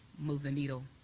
move the needle.